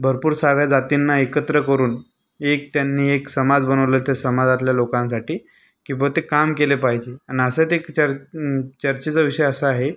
भरपूर साऱ्या जातींना एकत्र करून एक त्यांनी एक समाज बनवला त्या समाजातल्या लोकांसाठी की बुवा ते काम केले पाहिजे आणि असं ते चर चर्चेचा विषय असा आहे